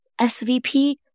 SVP